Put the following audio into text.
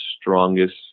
strongest